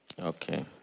Okay